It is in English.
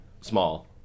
small